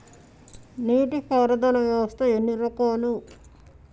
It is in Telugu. నీటి పారుదల వ్యవస్థ ఎన్ని రకాలు?